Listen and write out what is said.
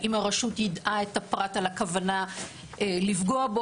האם הרשות יידעה את הפרט על הכוונה לפגוע בו,